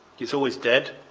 it's always dead.